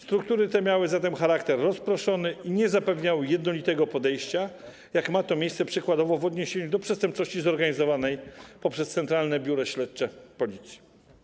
Struktury te miały zatem charakter rozproszony i nie zapewniały jednolitego podejścia, jak ma to miejsce przykładowo w odniesieniu do przestępczości zorganizowanej przez Centralne Biuro Śledcze Policji.